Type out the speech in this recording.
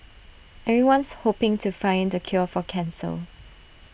everyone's hoping to find the cure for cancer